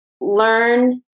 learn